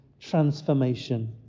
transformation